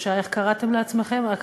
איך קראת לעצמכם?